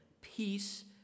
Peace